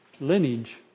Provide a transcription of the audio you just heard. lineage